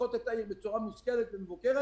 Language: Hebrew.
שפותחות את העיר בצורה מושכלת ומבוקרת.